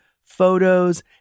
photos